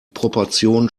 proportionen